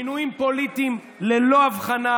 מינויים פוליטיים ללא הבחנה.